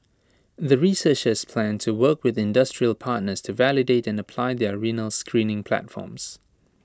the researchers plan to work with industrial partners to validate and apply their renal screening platforms